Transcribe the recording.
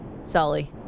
Sully